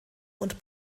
und